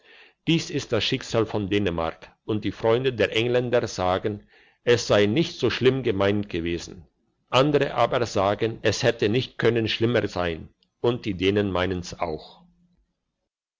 dies ist das schicksal von dänemark und die freunde der engländer sagen es sei nicht so schlimm gemeint gewesen andere aber sagen es hätte nicht können schlimmer sein und die dänen meinen's auch